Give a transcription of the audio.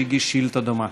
שהגיש שאילתה דומה.